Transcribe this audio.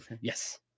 Yes